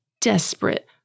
desperate